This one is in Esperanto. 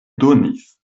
donis